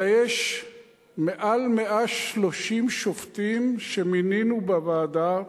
הרי יש יותר מ-130 שופטים שמינינו בוועדה,